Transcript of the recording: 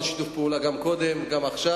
אנחנו עבדנו בשיתוף פעולה גם קודם וגם עכשיו,